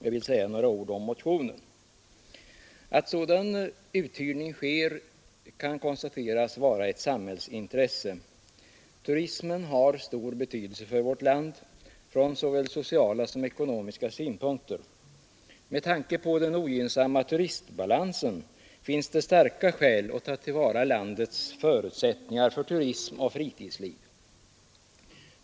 Jag vill säga några ord om motionen. Att sådan uthyrning sker kan konstateras vara ett samhällsintresse. Turismen har stor betydelse för vårt land från såväl sociala som ekonomiska synpunkter. Med tanke på den ogynnsamma turistbalansen finns det starka skäl att ta till vara landets egna förutsättningar för turism och fritidsliv.